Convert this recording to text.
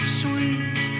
sweet